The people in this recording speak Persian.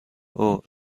اُه